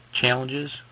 challenges